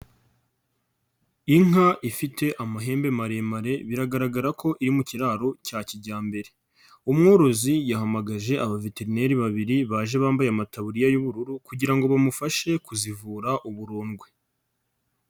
Inka ifite amahembe maremare biragaragara ko iri mu kiraro cya kijyambere. Umworozi yahamagaje abaveterineri babiri baje bambaye amataburiya y'ubururu kugira ngo bamufashe kuzivura uburundwe.